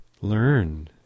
learn